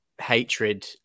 hatred